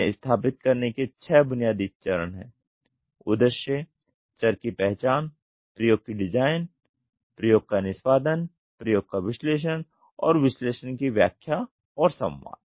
इसे स्थापित करने के छः बुनियादी चरण हैं उद्देश्य चर की पहचान प्रयोग की डिजाइन प्रयोग का निष्पादन प्रयोग का विश्लेषण और विश्लेषण की व्याख्या और संवाद